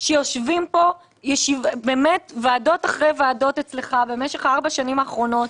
שיושבים פה ועדה אחרי ועדה אצלך במשך ארבע השנים האחרונות,